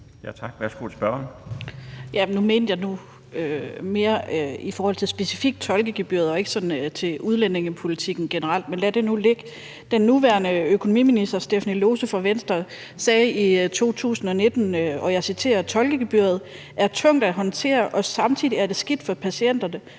Runa Friis Hansen (EL): Nu tænkte jeg mere på specifikt tolkegebyret og ikke sådan udlændingepolitikken generelt, men lad det nu ligge. Den nuværende økonomiminister, Stephanie Lose fra Venstre, sagde i 2019, og jeg citerer: »Tolkegebyret er tungt at håndtere, og samtidig er det skidt for patienterne.